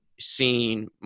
seen